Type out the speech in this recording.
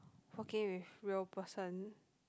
working with real person